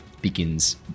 begins